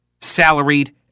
salaried